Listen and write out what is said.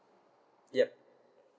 yup